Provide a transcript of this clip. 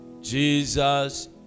Jesus